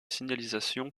signalisation